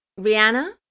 Rihanna